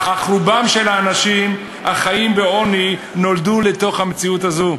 אך רובם של האנשים החיים בעוני נולדו לתוך מציאות זו,